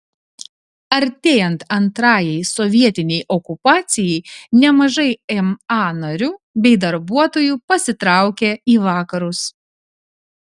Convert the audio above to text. artėjant antrajai sovietinei okupacijai nemažai ma narių bei darbuotojų pasitraukė į vakarus